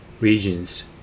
regions